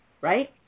right